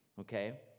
okay